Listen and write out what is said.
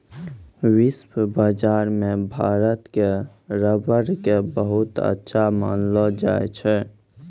विश्व बाजार मॅ भारत के रबर कॅ बहुत अच्छा मानलो जाय छै